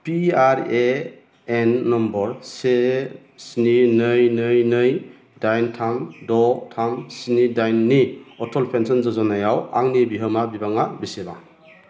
P R A N number से स्नि नै नै नै दाइन थाम द' थाम स्नि दाइननि अटल पेन्सन यजनायाव आंनि बिहोमा बिबाङा बेसेबां